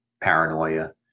paranoia